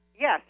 Yes